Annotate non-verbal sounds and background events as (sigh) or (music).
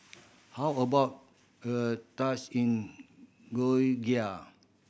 how about a (unintelligible) in Georgia